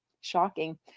Shocking